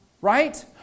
Right